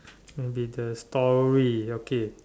can be the story okay